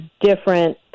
different